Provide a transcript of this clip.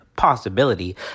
Possibility